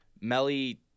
Melly